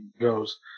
goes